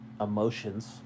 emotions